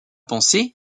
penser